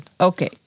Okay